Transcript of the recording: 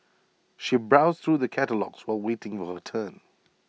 she browsed through the catalogues while waiting for her turn